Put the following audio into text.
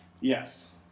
Yes